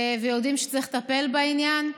ויודעים שצריך לטפל בעניין.